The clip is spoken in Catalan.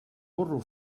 burro